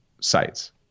sites